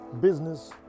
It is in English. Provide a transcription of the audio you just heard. business